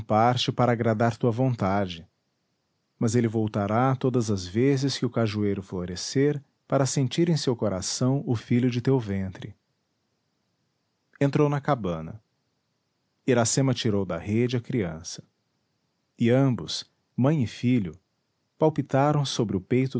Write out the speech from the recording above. para agradar tua vontade mas ele voltará todas as vezes que o cajueiro florescer para sentir em seu coração o filho de teu ventre entrou na cabana iracema tirou da rede a criança e ambos mãe e filho palpitaram sobre o peito